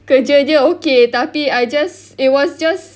kerja dia okay tapi I just it was just